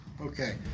Okay